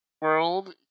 world